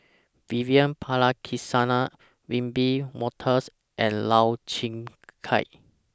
Vivian Balakrishnan Wiebe Wolters and Lau Chiap Khai